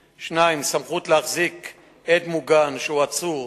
2. סמכות להחזיק עד מוגן שהוא עצור,